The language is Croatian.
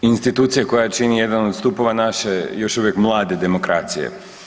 Institucije koja čini jedan od stupova naše još uvijek mlade demokracije.